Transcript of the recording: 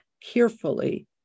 carefully